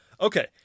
Okay